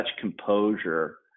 composure